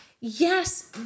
yes